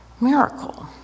miracle